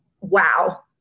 Wow